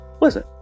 listen